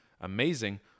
amazing